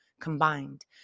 combined